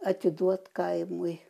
atiduot kaimui